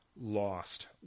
lost